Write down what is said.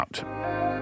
out